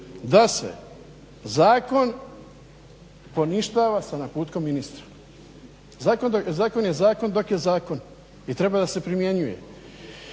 da se zakon poništava sa naputkom ministra? Zakon je zakon dok je zakon i treba da se primjenjuje.